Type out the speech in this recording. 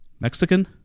Mexican